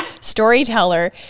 storyteller